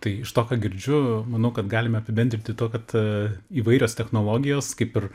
tai iš to ką girdžiu manau kad galime apibendrinti tuo kad įvairios technologijos kaip ir